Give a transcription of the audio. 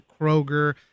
Kroger